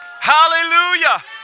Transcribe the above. Hallelujah